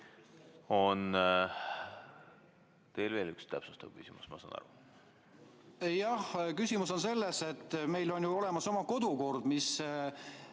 on veel üks täpsustav küsimus, ma saan aru? Jah. Küsimus on selles, et meil on olemas oma kodukord, mis